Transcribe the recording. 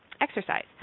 exercise